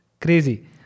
crazy